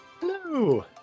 Hello